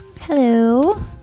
Hello